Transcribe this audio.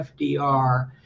FDR